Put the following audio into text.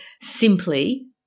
simply